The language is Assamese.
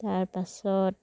তাৰ পাছত